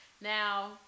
Now